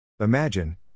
Imagine